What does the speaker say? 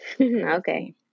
okay